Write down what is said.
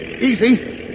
Easy